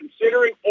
considering